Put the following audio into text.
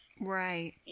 right